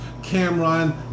Cameron